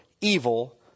Evil